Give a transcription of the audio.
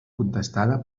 contestada